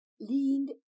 leaned